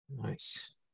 Nice